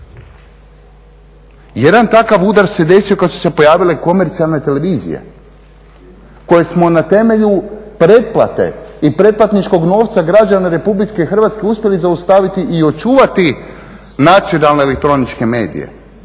Jedan takav udar se desio kad su se pojavile komercijalne televizije koje smo na temelju pretplate i pretplatničkog novca građana Republike Hrvatske uspjeli zaustaviti i očuvati nacionalne elektroničke medije,